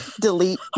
Delete